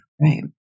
right